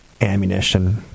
ammunition